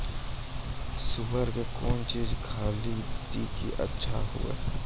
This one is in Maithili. शुगर के कौन चीज खाली दी कि अच्छा हुए?